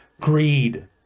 greed